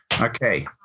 Okay